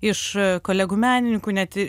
iš kolegų menininkų ne tik